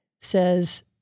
says